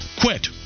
Quit